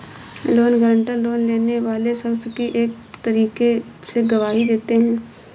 loan guarantor, loan लेने वाले शख्स की एक तरीके से गवाही देते हैं